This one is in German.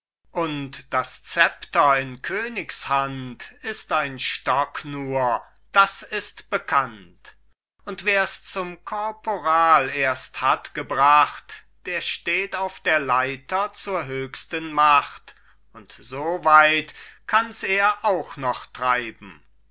und das szepter in königs hand ist ein stock nur das ist bekannt und wers zum korporal erst hat gebracht der steht auf der leiter zur höchsten macht und so weit kann ers auch noch treiben